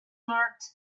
marked